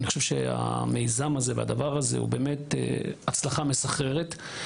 אני חושב שהמיזם הזה והדבר הזה הם באמת הצלחה מסחררת.